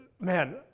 man